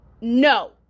no